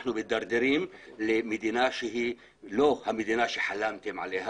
אנחנו מדרדרים למדינה שהיא לא המדינה שחלמתם עליה,